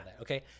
Okay